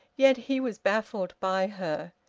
yet he was baffled by her.